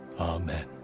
Amen